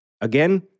Again